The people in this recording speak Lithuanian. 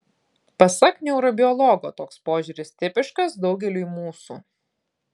pasak neurobiologo toks požiūris tipiškas daugeliui mūsų